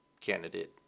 candidate